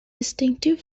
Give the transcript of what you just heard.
distinctive